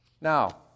Now